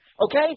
Okay